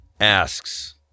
asks